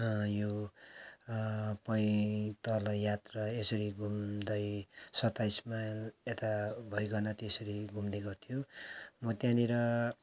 यो पैदल यात्रालाई यसरी घुम्दै सत्ताइस माइल यता भइकन त्यसरी घुम्ने गर्थ्यो म त्यहाँनिर